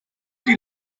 die